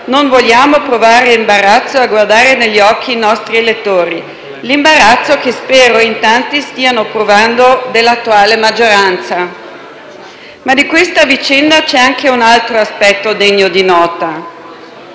non vogliamo provare imbarazzo a guardare negli occhi i nostri elettori; quell'imbarazzo che spero in tanti stiano provando nell'attuale maggioranza. Ma di questa vicenda c'è anche un altro aspetto degno di nota.